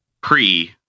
pre